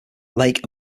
lake